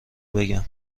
بگم